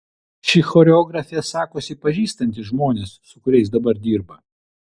ši choreografė sakosi pažįstanti žmones su kuriais dabar dirba